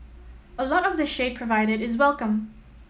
a lot of the shade provided is welcome